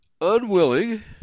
Unwilling